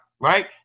right